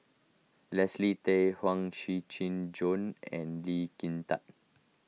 Leslie Tay Huang Shiqi Joan and Lee Kin Tat